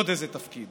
עוד איזה תפקיד.